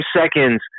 seconds